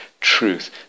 truth